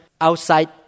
outside